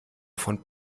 von